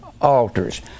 altars